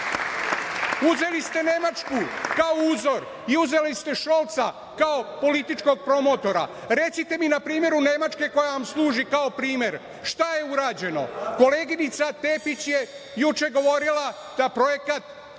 ste Nemačku kao uzor i uzeli ste Šolca kao političkog promotora, recite mi npr. u Nemačkoj koja vam služi kao primer šta je urađeno? Koleginica Tepić je juče govorila – da projekat